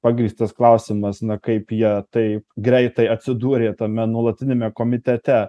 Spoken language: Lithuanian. pagrįstas klausimas na kaip jie taip greitai atsidūrė tame nuolatiniame komitete